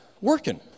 working